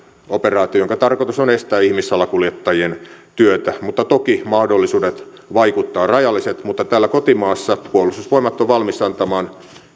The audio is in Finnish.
operaatioon jonka tarkoitus on estää ihmissalakuljettajien työtä toki mahdollisuudet vaikuttaa ovat rajalliset mutta täällä kotimaassa puolustusvoimat on valmis antamaan